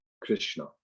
Krishna